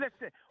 listen